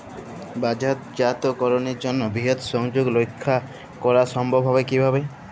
বাজারজাতকরণের জন্য বৃহৎ সংযোগ রক্ষা করা সম্ভব হবে কিভাবে?